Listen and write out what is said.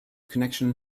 connection